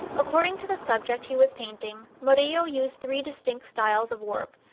according to the subject he was painting, murillo used three distinct styles of work,